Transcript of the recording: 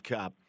Cup